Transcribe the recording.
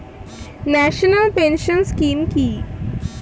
National pension scheme কি?